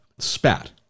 spat